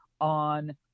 on